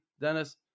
Dennis